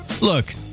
look